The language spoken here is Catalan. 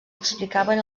explicaven